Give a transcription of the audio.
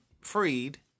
freed